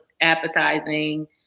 appetizing